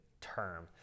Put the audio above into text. term